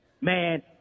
Man